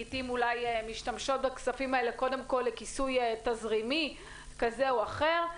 לעתים אולי משתמשות בכספים האלה קודם כל לכיסוי תזרימי כזה או אחר.